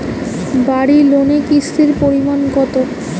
বাড়ি লোনে কিস্তির পরিমাণ কত?